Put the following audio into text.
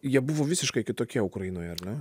jie buvo visiškai kitokie ukrainoje ar ne